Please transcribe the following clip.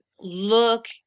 look